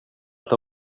att